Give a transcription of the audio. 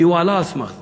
כי הוא עלה על סמך זה.